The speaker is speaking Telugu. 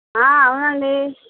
అవునండీ